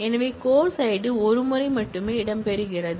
எனவே course id ஒரு முறை மட்டுமே இடம்பெறுகிறது